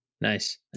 Nice